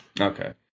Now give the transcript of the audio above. okay